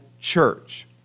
church